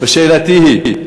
שאלתי היא: